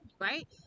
right